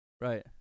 Right